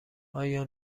آیا